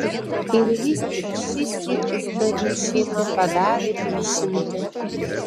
ir vis tik šįsyk zdanių šeima padarė išimtį